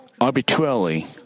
arbitrarily